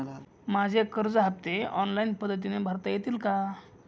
माझे कर्ज हफ्ते ऑनलाईन पद्धतीने भरता येतील का?